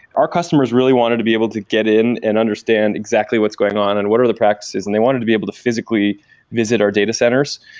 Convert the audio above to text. our customers really wanted to be able to get in and understand exactly what's going on and what are the practices, and they wanted to be able to physically visit our data centers,